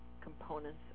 components